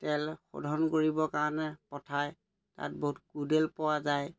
তেল শোধন কৰিবৰ কাৰণে পঠায় তাত বহুত কোদেল পোৱা যায়